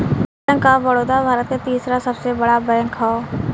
bank of Baroda भारत के तीसरा सबसे बड़ा बैंक हौ